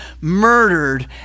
murdered